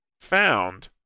found